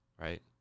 right